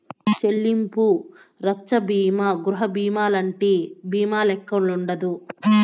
చెల్లింపు రచ్చన బీమా గృహబీమాలంటి బీమాల్లెక్కుండదు